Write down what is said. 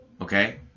okay